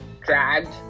dragged